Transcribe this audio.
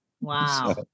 Wow